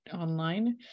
online